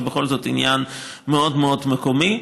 זה בכל זאת עניין מאוד מאוד מקומי.